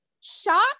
shock